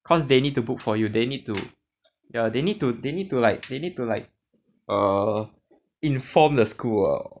cause they need to book for you they need to ya they need to they need to like they need to like err inform the school ah